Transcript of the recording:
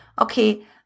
okay